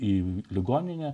į ligoninę